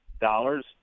dollars